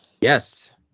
yes